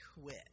quit